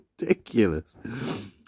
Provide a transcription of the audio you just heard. ridiculous